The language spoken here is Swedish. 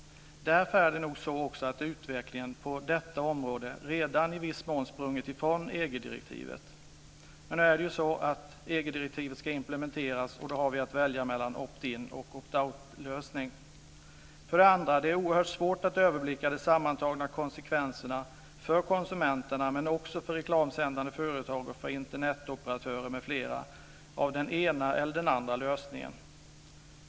Därför har nog utvecklingen på detta område redan i viss mån sprungit ifrån EG-direktivet. Men nu är det ju så att EG-direktivet ska implementeras, och då har vi att välja mellan opt-in och opt-out-lösning. För det andra är det oerhört svårt att överblicka de sammantagna konsekvenserna för konsumenterna - men också för reklamsändande företag, Internetoperatörer m.fl. - av den ena eller den andra lösningen.